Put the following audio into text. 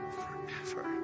forever